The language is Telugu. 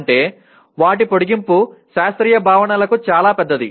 అంటే వాటి పొడిగింపు శాస్త్రీయ భావనలకు చాలా పెద్దది